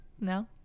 No